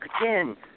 again